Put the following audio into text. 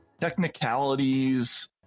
technicalities